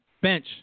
bench